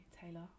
Taylor